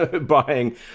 buying